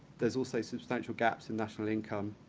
there's also substantial gaps in national income